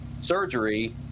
surgery